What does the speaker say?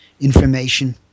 information